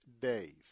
days